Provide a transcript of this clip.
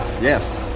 Yes